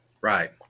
Right